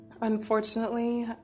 Unfortunately